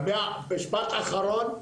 משפט אחרון.